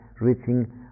reaching